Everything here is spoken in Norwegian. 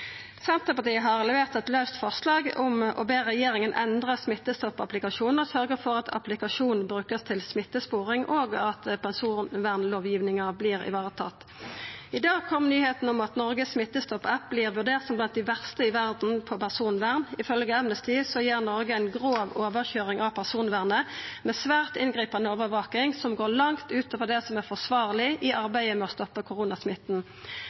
Senterpartiet har levert eit laust forslag om å be regjeringa endra Smittestopp-applikasjonen og sørgja for at applikasjonen vert brukt til smittesporing, og at personvernlovgivinga vert varetatt. I dag kom nyheita om at den norske Smittestopp-appen vert vurdert som blant dei verste i verda på personvern. Ifølgje Amnesty gjer Noreg ei grov overkøyring av personvernet med svært inngripande overvaking, som går langt utover det som er forsvarleg i arbeidet med å stoppe koronasmitta.